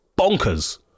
bonkers